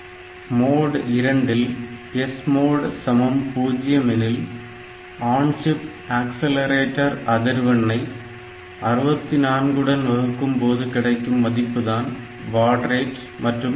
mode 2 இல் SMOD 0 எனில் on chip oscillator அதிர்வெண் ஐ 64 உடன் வகுக்கும் போது கிடைக்கும் மதிப்புதான் பாட் ரேட் மற்றும் கிளாக்